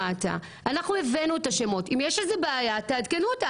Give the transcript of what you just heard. פנינה, אנחנו לחצנו עליכם שתביאו לנו